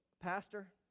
Pastor